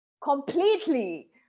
completely